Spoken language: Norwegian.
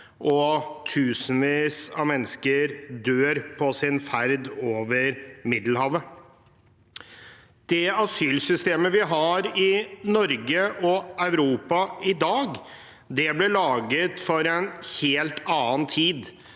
Tusenvis av mennesker dør på sin ferd over Middelhavet. Det asylsystemet vi har i Norge og Europa i dag, ble laget for en helt annen tid.